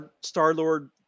Star-Lord